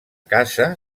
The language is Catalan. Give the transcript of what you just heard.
casa